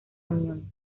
unión